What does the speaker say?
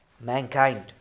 mankind